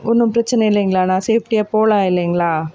ஒன்றும் பிரச்சனை இல்லைங்களாண்ணா சேஃப்டியாக போகலாம் இல்லைங்களா